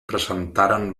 presentaren